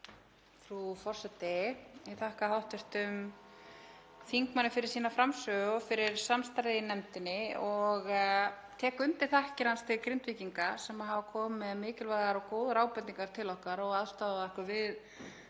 Frú forseti. Ég þakka hv. þingmanni fyrir sína framsögu og fyrir samstarfið í nefndinni og tek undir þakkir hans til Grindvíkinga sem hafa komið með mikilvægar og góðar ábendingar til okkar og aðstoðað okkur við